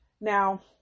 Now